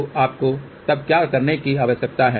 तो आपको तब क्या करने की आवश्यकता है